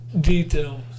details